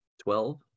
Twelve